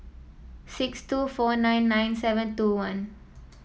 six two four nine nine seven two one